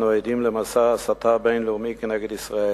אנו עדים למסע הסתה בין-לאומי נגד ישראל.